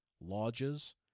lodges